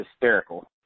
Hysterical